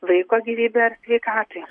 vaiko gyvybei ar sveikatai